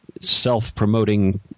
self-promoting